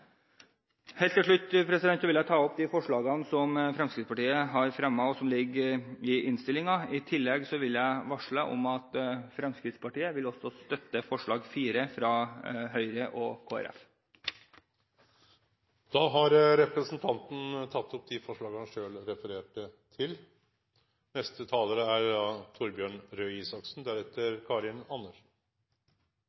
Helt til slutt vil jeg ta opp de forslagene som Fremskrittspartiet har fremmet, som er tatt inn i innstillingen. I tillegg vil jeg varsle at Fremskrittspartiet vil støtte forslag nr. 4, fra Høyre og Kristelig Folkeparti. Representanten Robert Eriksson har teke opp dei forslaga han refererte til. Trygdeordningene i Norge er